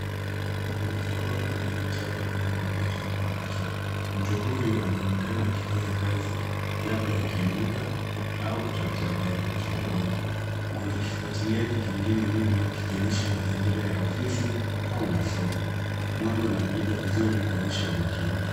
Mikono ikichapa kwenye kompyuta mpakato. Mtu huyu anaonekana akifanya kazi, labda akiandika au kutafuta habari matandaoni. Kuna kifuatiliaji kingine nyuma, kikionyesha mazingira ya ofisi au masomo. Mwanga unamulika vizuri kuonyesha umakini.